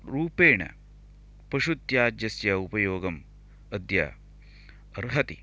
रूपेण पशुत्याज्यस्य उपयोगम् अद्य अर्हति